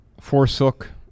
forsook